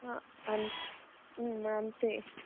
అం అంతే